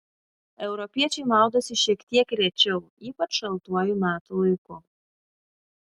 europiečiai maudosi šiek tiek rečiau ypač šaltuoju metų laiku